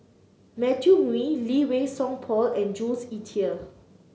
Matthew Ngui Lee Wei Song Paul and Jules Itier